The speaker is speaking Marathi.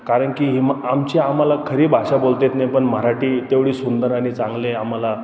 कारण की ही मा आमची आम्हाला खरी भाषा बोलता येत नाही पण मराठी तेवढी सुंदर आणि चांगले आम्हाला